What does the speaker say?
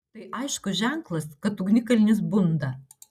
tai aiškus ženklas kad ugnikalnis bunda